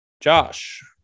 josh